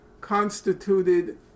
constituted